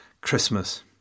Christmas